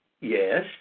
yes